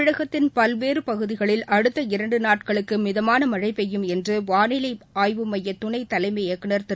தமிழகத்தின் பல்வேறு பகுதிகளில் அடுத்த இரண்டு நாட்களுக்கு மிதமான மழை பெய்யும் என்று வானிலை ஆய்வுமைய துணைத்தலைமை இயக்குநர் திரு